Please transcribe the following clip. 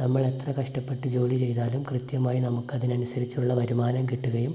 നമ്മളെത്ര കഷ്ടപ്പെട്ട് ജോലി ചെയ്താലും കൃത്യമായി നമുക്കതിനനുസരിച്ചുള്ള വരുമാനം കിട്ടുകയും